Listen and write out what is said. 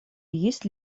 есть